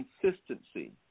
consistency